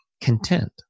content